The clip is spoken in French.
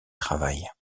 travaille